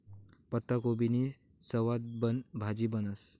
पत्ताकोबीनी सवादबन भाजी बनस